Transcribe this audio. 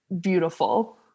beautiful